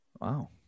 Wow